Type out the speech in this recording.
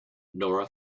nora